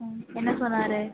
ம் என்ன சொன்னார்